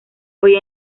hoy